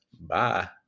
Bye